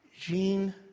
Jean